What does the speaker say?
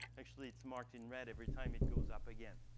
actually, it's marked in red every time it goes up again.